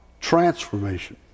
transformation